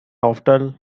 often